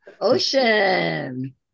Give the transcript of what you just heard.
Ocean